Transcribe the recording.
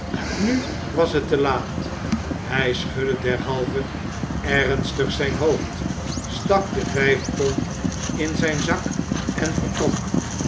nu was het te iaat hij schudde derhalve ernstig zijn hoofd stak de vijf pond in zijn zak en vertrok